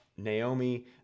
Naomi